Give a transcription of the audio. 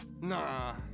Nah